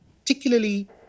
particularly